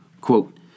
Quote